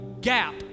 gap